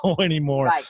anymore